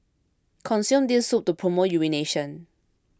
consume this soup to promote urination